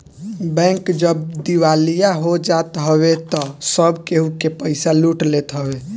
bank जब दिवालिया हो जात हवे तअ सब केहू के पईसा लूट लेत हवे